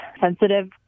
sensitive